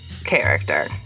character